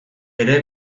ere